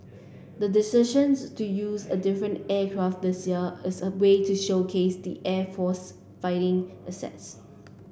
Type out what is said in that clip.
the decisions to use a different aircraft this year is a way to showcase the air force fighter assets